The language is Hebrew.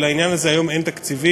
ולעניין הזה היום אין תקציבים,